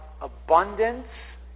abundance